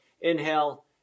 inhale